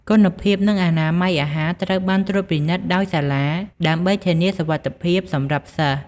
គុណភាព និងអនាម័យអាហារត្រូវបានត្រួតពិនិត្យដោយសាលា ដើម្បីធានាសុវត្ថិភាពសម្រាប់សិស្ស។